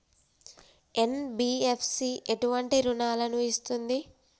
NBFC ఎటువంటి రుణాలను ఇస్తుంది?